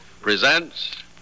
presents